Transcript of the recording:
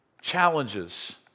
challenges